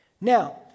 Now